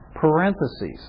Parentheses